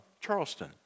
Charleston